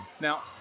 Now –